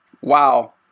wow